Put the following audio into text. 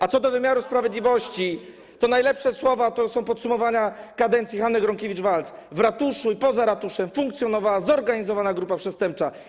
A co do wymiaru sprawiedliwości to najlepsze słowa dotyczą podsumowania kadencji Hanny Gronkiewicz-Waltz: w ratuszu i poza ratuszem funkcjonowała zorganizowana grupa przestępcza.